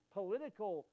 political